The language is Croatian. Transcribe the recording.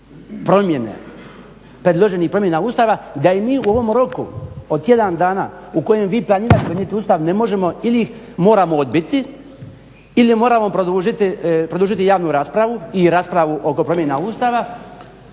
promjene predloženih promjena Ustava da ih mi u ovom roku od tjedan dana u kojem vi planirate donijeti Ustav ne možemo, ili ih moramo odbiti ili moramo produžiti javnu raspravu i raspravu oko promjena Ustava